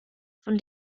von